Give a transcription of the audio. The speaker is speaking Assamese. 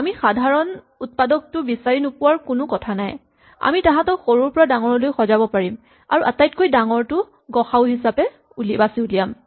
আমি সাধাৰণ উৎপাদক টো বিচাৰি নোপোৱাৰ কোনো কথা নাই আমি তাহাঁতক সৰুৰ পৰা ডাঙৰলৈ সজাব পাৰিম আৰু আটাইতকৈ ডাঙৰটো গ সা উ হিচাপে বাচি উলিয়াম